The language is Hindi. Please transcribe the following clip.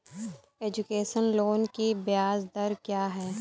एजुकेशन लोन की ब्याज दर क्या है?